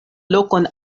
lokon